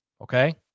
Okay